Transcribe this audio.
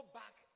back